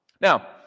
Now